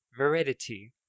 veridity